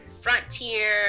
frontier